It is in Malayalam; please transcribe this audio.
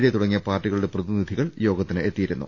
ഡി തുടങ്ങിയ പാർട്ടികളുടെ പ്രതിനിധികൾ യോഗത്തിനെത്തിയിരുന്നു